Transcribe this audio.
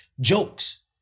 jokes